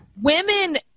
Women